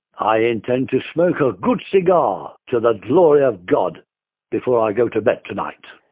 i intend to smoke a good cigar to the glory of god before i go to bed tonight.